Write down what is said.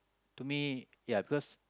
to me ya cause